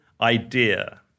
idea